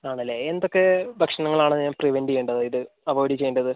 ആണല്ലേ എന്തൊക്കെ ഭക്ഷണങ്ങളാണ് ഞാൻ പ്രിവൻറ് ചെയ്യേണ്ടത് ഇത് അവോയിഡ് ചെയ്യേണ്ടത്